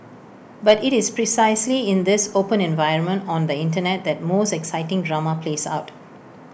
but IT is precisely in this open environment on the Internet that most exciting drama plays out